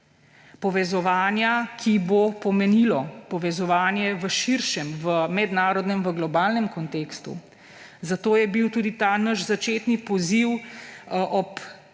Povezovanja, ki bo pomenilo povezovanje v širšem, v mednarodnem, v globalnem kontekstu. Zato je bil tudi ta naš začetni poziv ob